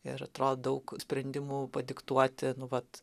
ir atrodo daug sprendimų padiktuoti nu vat